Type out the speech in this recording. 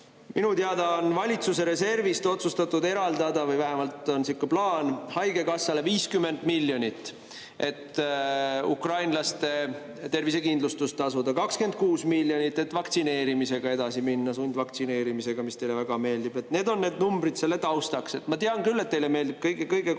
Minu teada on valitsuse reservist otsustatud eraldada, või vähemalt on sihuke plaan, haigekassale 50 miljonit, et ukrainlaste tervisekindlustus tasuda, 26 miljonit, et vaktsineerimisega edasi minna, sundvaktsineerimisega, mis teile väga meeldib. Need on need numbrid selle taustaks. Ma tean küll, et teile meeldib kõige kohta